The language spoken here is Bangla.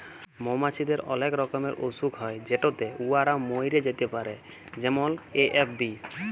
মমাছিদের অলেক রকমের অসুখ হ্যয় যেটতে উয়ারা ম্যইরে যাতে পারে যেমল এ.এফ.বি